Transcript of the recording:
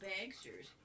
banksters